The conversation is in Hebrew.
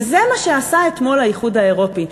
וזה מה שעשה אתמול האיחוד האירופי.